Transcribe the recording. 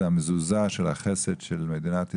זה המזוזה של החסד של מדינת ישראל,